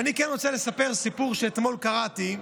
ואני כן רוצה לספר סיפור שאתמול קראתי,